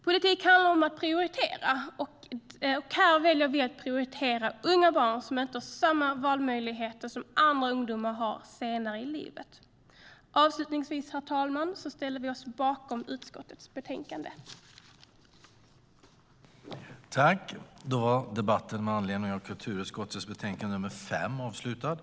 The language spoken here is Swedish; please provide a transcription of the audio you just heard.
Politik handlar om att prioritera, och här väljer vi att prioritera unga barn som inte har samma valmöjligheter som andra ungdomar har senare i livet. Överläggningen var härmed avslutad.